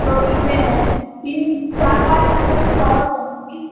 तो कितने हैं तीन चार पाँच घंटे में तो पहुँच जाएंगी